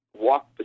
walk